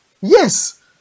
Yes